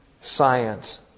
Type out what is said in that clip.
science